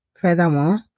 Furthermore